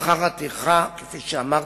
שכר הטרחה, כפי שאמרתי,